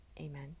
Amen